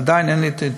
ועדיין אין לי,